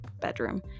bedroom